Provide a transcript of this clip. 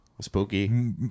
Spooky